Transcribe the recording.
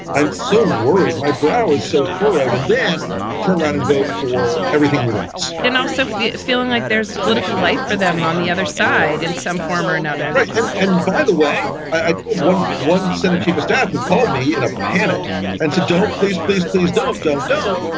i'm so worried. my bro is so full throated. then turn around and vote for everything he wants then also feeling like there's political life for them on the other side in some form or another like and and by the way, i won one senate chief of staff who called me in a panic and said, don't, please, please, please don't, don't, don't.